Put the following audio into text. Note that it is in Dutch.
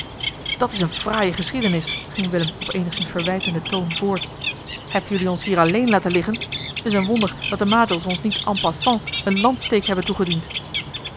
dat is eene fraaie geschiedenis ging willem op eenigszins verwijtenden toon voort heb jullie ons hier alleen laten liggen t is een wonder dat de majols ons niet en passant een lanssteek hebben toegediend